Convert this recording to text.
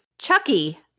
Chucky